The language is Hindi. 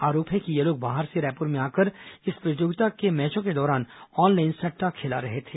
आरोप है कि ये लोग बाहर से रायपुर में आकर इस प्रतियोगिता के मैचों के दौरान ऑनलाइन सट्टा खेला रहे थे